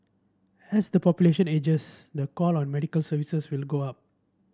as the population ages the call on medical services will go up